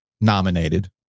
nominated